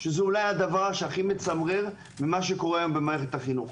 שזה אולי הדבר שהכי מצמרר במה שקורה היום במערכת החינוך